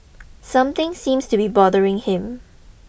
something seems to be bothering him